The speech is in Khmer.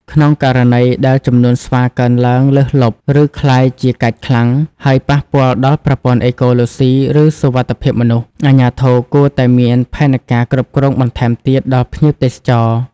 ក្នុងករណីដែលចំនួនស្វាកើនឡើងលើសលប់ ឬក្លាយជាកាចខ្លាំង ហើយប៉ះពាល់ដល់ប្រព័ន្ធអេកូឡូស៊ី ឬសុវត្ថិភាពមនុស្ស អាជ្ញាធរគួរតែមានផែនការគ្រប់គ្រងបន្ថែមទៀតដល់ភ្ញៀវទេសចរ។